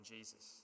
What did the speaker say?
Jesus